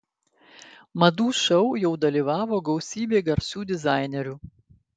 madų šou jau dalyvavo gausybė garsių dizainerių